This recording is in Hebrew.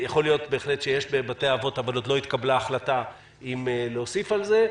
יכול להיות בהחלט שיש בבתי האבות אבל לא התקבלה ההחלטה אם להוסיף על זה,